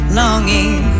longing